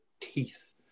teeth